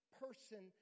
person